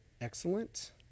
Excellent